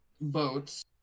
boats